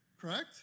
Correct